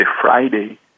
Friday